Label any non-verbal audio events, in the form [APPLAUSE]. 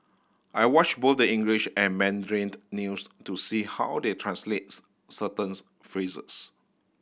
I watch both the English and Mandarin news to see how they translates certain [UNINTELLIGIBLE] phrases